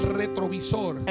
retrovisor